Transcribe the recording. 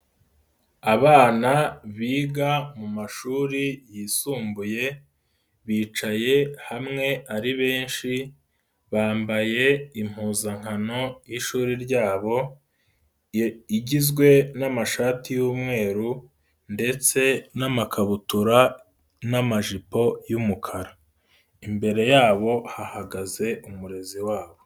Abana biga mu mashuri yisumbuye, bicaye hamwe ari benshi, bambaye impuzankano y'ishuri ryabo, igizwe n'amashati y'umweru ndetse n'amakabutura n'amajipo y'umukara, imbere yabo hahagaze umurezi wabo.